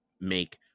make